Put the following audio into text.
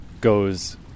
goes